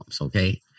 okay